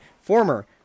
former